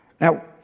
Now